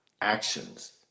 actions